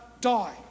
die